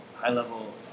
high-level